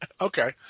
Okay